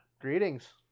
Greetings